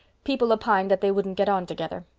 people opined that they wouldn't get on together.